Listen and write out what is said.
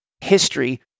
history